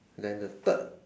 then the third